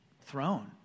throne